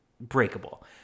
breakable